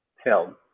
Film